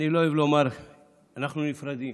אני לא אוהב לומר "אנחנו נפרדים".